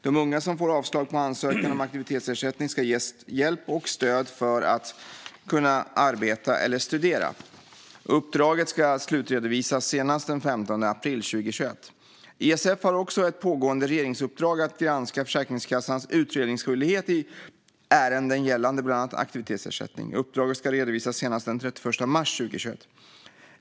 De unga som får avslag på ansökan om aktivitetsersättning ska ges hjälp och stöd för att kunna arbeta eller studera. Uppdraget ska slutredovisas senast den 15 april 2021. ISF har också ett pågående regeringsuppdrag att granska Försäkringskassans utredningsskyldighet i ärenden gällande bland annat aktivitetsersättning. Uppdraget ska redovisas senast den 31 mars 2021.